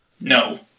no